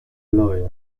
lawyer